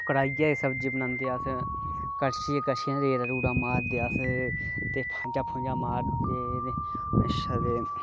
कढाइयै च सब्जी बनांदे अस कड़शियें कन्नै रेड़े रूड़े मारने अस